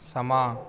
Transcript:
ਸਮਾਂ